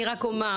אני רק אומר,